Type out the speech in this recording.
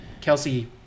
Kelsey